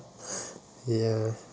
ya